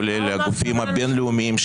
כולל הגופים הבין-לאומיים,